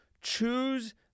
choose